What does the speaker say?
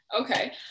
Okay